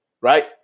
Right